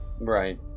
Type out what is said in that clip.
Right